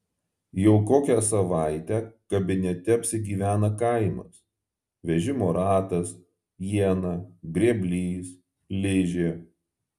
jau kokią savaitę kabinete apsigyvena kaimas vežimo ratas iena grėblys ližė